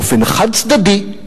באופן חד-צדדי,